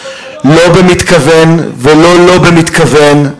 לא במתכוון ולא לא-במתכוון,